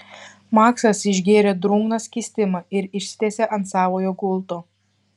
maksas išgėrė drungną skystimą ir išsitiesė ant savojo gulto